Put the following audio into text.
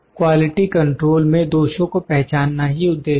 quality control में दोषों को पहचानना ही उद्देश्य है